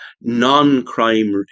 non-crime